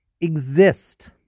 exist